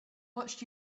watched